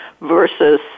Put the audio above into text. versus